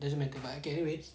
doesn't matter lah okay anyways